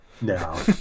No